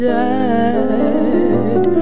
died